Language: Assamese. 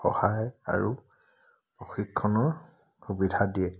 সহায় আৰু প্ৰশিক্ষণৰ সুবিধা দিয়ে